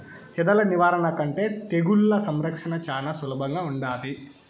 చెదల నివారణ కంటే తెగుళ్ల సంరక్షణ చానా సులభంగా ఉంటాది